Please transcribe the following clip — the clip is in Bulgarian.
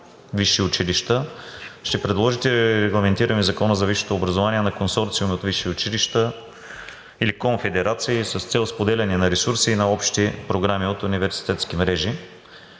висши училища? Ще предложите ли регламентиране в Закона за висшето образование на консорциуми от висши училища или конфедерации с цел споделяне на ресурси и на общи програми от университетски мрежи?